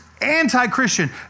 anti-Christian